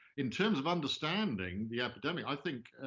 in terms of understanding the epidemic, i think,